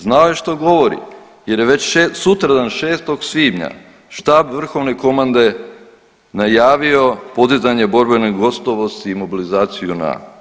Znao je što govori jer je već sutradan 6. svibnja Štab vrhovne komande najavio podizanje borbene gotovosti i mobilizaciju JNA.